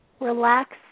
Relax